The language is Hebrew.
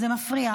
זה מפריע.